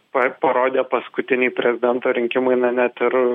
pa parodė paskutiniai prezidento rinkimai na net ir